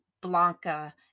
Blanca